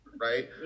right